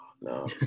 No